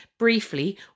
briefly